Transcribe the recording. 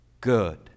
good